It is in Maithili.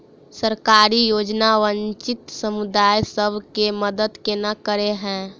सरकारी योजना वंचित समुदाय सब केँ मदद केना करे है?